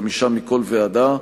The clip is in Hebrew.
חמישה מכל ועדה,